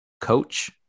Coach